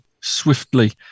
swiftly